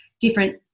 different